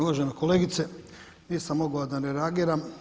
Uvažena kolegice, nisam mogao a da ne reagiram.